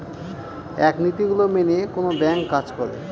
এক নীতি গুলো মেনে কোনো ব্যাঙ্ক কাজ করে